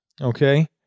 okay